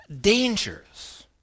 dangers